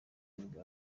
nibwo